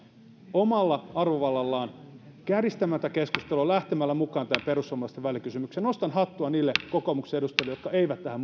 omalla arvovallallaan kärjistämään tätä keskustelua lähtemällä mukaan tähän perussuomalaisten välikysymykseen nostan hattua niille kokoomuksen edustajille jotka eivät tähän